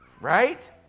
Right